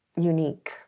unique